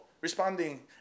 responding